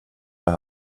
det